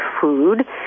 food